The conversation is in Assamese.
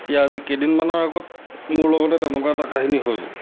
এতিয়া আজি কেইদিনমানৰ আগত মোৰ লগতে তেনেকুৱা এটা কাহিনী হৈ গ'ল